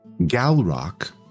Galrock